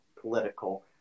political